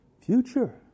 Future